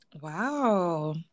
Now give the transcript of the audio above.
Wow